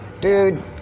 Dude